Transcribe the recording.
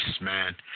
man